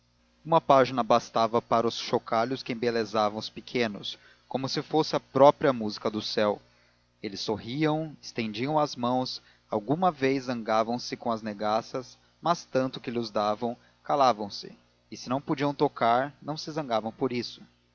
uma página bastava para os chocalhos que embelezavam os pequenos como se fosse a própria música do céu eles sorriam estendiam as mãos alguma vez zangavam se com as negaças mas tanto que lhos davam calavam se e se não podiam tocar não se zangavam por isso